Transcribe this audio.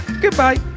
goodbye